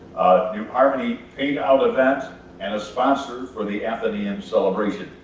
new harmony paint-out event and a sponsor for the atheneum celebration.